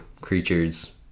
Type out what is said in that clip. creatures